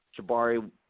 Jabari